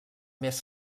més